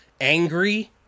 angry